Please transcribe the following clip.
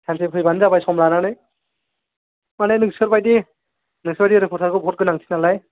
सानसे फैबानो जाबाय सम लानानै माने नोंसोर बायदि रिपरटारनि खोथायाबो बहुद गोनांथि नालाय